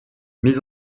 mise